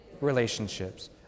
Relationships